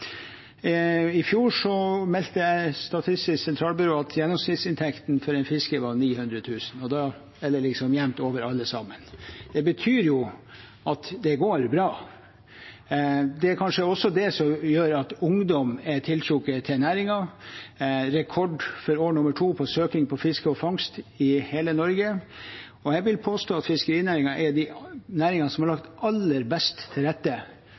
I fjor meldte Statistisk Sentralbyrå at gjennomsnittsinntekten for en fisker var 900 000 kr, jevnt over alle. Det betyr jo at det går bra. Det er kanskje også det som gjør at ungdom er tiltrukket av næringen. Det er rekord for hele Norge når det gjelder søkningen til år nummer to på fiske og fangst. Jeg vil påstå at fiskerinæringen er en av næringene der myndighetene har lagt aller best til rette